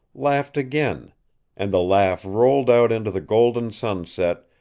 laughed again and the laugh rolled out into the golden sunset,